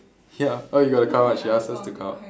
ya oh you got to come out she ask us to come out